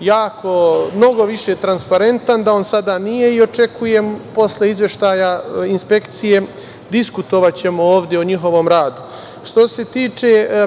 mnogo više transparentan, da on sada nije i očekujem da ćemo, posle izveštaja inspekcije, diskutovati ovde o njihovom radu.